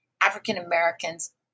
African-Americans